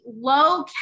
low